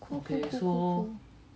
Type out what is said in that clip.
cool cool cool cool cool